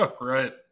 Right